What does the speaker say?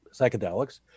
psychedelics